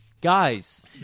Guys